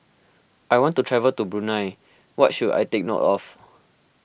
I want to travel to Brunei what should I take note of